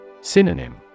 Synonym